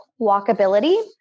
walkability